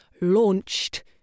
launched